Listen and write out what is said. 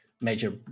major